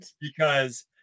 Because-